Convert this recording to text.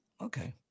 Okay